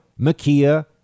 Makia